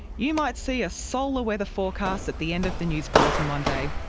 you might see a solar weather forecast at the end of the news bulletin one day,